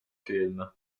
film